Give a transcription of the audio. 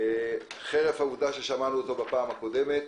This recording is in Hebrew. וזאת חרף העובדה ששמענו אותו בפעם הקודמת.